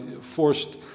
forced